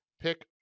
pick